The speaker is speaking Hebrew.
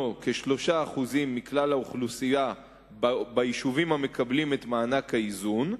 כ-3% מכלל האוכלוסייה ביישובים המקבלים את מענק האיזון,